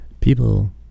People